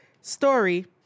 story